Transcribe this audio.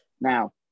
Now